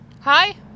Hi